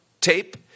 tape